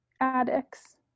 addicts